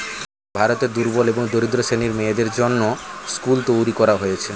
ভারতে দুর্বল এবং দরিদ্র শ্রেণীর মেয়েদের জন্যে স্কুল তৈরী করা হয়েছে